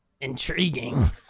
Intriguing